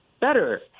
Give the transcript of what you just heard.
Better